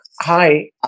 hi